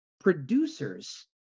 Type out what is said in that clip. producers